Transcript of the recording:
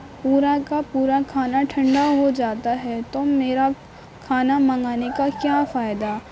پورا کا پورا کھانا ٹھنڈا ہو جاتا ہے تو میرا کھانا منگانے کا کیا فائدہ